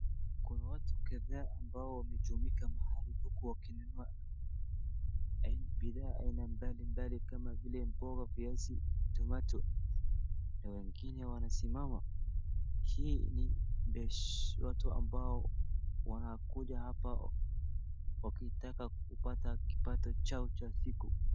Kuna watu kadhaa amabo wamejumuika mahali huku wakinunua bidhaa aina mbalimbali kama vile mboga, viazi, tomato na wengine wanasimama. Hii ni watu ambao wanakuja hapa wakitaka kupata kipato chao cha siku.